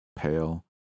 pale